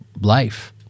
life